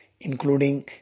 including